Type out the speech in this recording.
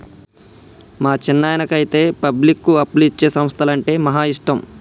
మా చిన్నాయనకైతే పబ్లిక్కు అప్పులిచ్చే సంస్థలంటే మహా ఇష్టం